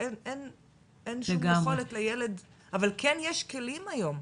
אין שום יכולת לילד אבל כן יש כלים היום.